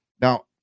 Now